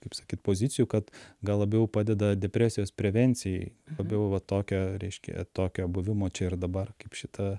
kaip sakyt pozicijų kad gal labiau padeda depresijos prevencijai labiau va tokio reiškia tokio buvimo čia ir dabar kaip šita